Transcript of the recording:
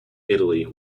italy